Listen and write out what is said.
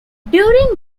during